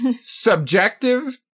Subjective